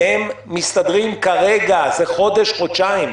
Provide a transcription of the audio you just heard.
הם מסתדרים כרגע, זה חודש-חודשיים.